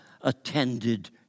attended